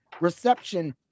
reception